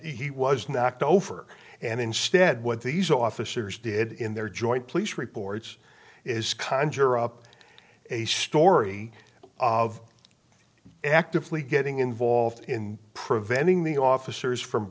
he was knocked over and instead what these officers did in their joint police reports is conjure up a story of actively getting involved in preventing the officers from